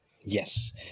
Yes